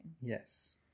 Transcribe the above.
Yes